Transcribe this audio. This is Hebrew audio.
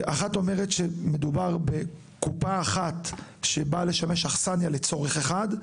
אחת אומרת שמדובר בקופה אחת שבאה לשמש אכסניה לצורך אחד,